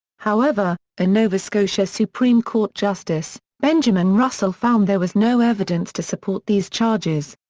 however, a nova scotia supreme court justice, benjamin russell found there was no evidence to support these charges.